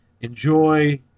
Enjoy